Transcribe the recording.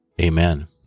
Amen